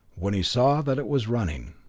when he saw that it was running.